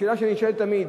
השאלה שנשאלת תמיד,